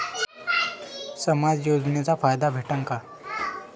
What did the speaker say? समाज योजनेचा फायदा भेटन का?